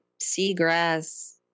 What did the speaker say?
seagrass